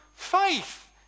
Faith